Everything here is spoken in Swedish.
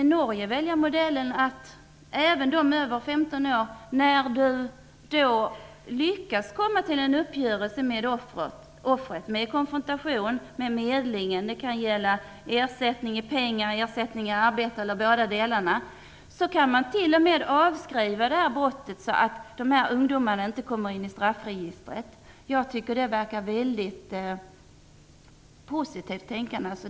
I fall där man genom konfrontation eller medling lyckas komma fram till en uppgörelse med offret, kan det bli fråga om ersättning i pengar, i form av arbete eller bådadera. Man kan som i Norge t.o.m. välja att avskriva brottet även för dem som är över 15 år, så att de inte kommer in i straffregistret. Jag tycker att detta är ett mycket positivt tänkande.